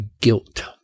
guilt